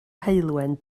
heulwen